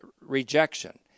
rejection